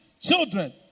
children